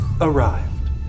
Arrived